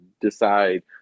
decide